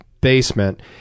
basement